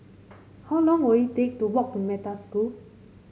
how long will it take to walk to Metta School